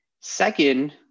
Second